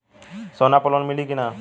सोना पर लोन मिली की ना?